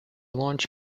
launch